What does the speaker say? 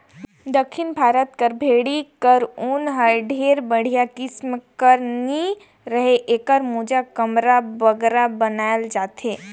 दक्खिन भारत कर भेंड़ी कर ऊन हर ढेर बड़िहा किसिम कर नी रहें एकर मोजा, कमरा बगरा बनाल जाथे